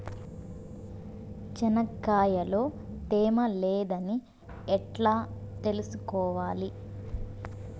చెనక్కాయ లో తేమ లేదని ఎట్లా తెలుసుకోవాలి?